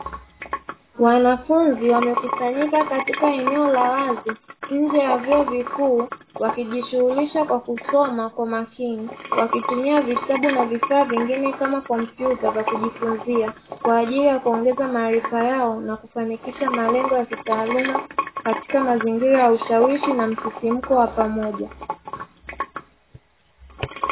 Wanafunzi wamekusanyika katika eneo la wazi nje ya vyuo vikuu, wakijishughulisha kwa kusoma kwa makini, wakitumia vitabu na vifaa vingine kama kompyuta kwa kujifunzia, kwa ajili ya kuongeza maarifa yao na kufanikisha malengo ya kitaaluma katika mazingira ya ushawishi na msisimko wa pamoja.